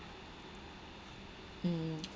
mm